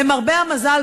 למרבה המזל,